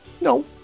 no